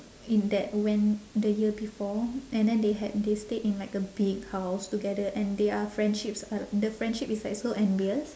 in that went the year before and then they had they stayed in like a big house together and their friendships the friendship is like so envious